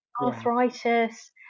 arthritis